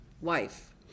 wife